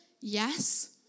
Yes